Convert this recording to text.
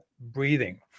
breathing